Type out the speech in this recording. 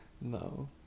No